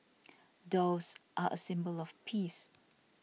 doves are a symbol of peace